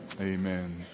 Amen